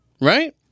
Right